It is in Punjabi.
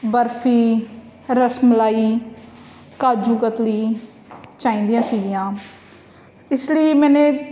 ਬਰਫੀ ਰਸਮਲਾਈ ਕਾਜੂ ਕਤਲੀ ਚਾਹੀਦੀਆਂ ਸੀਗੀਆਂ ਇਸ ਲਈ ਮੈਨੇ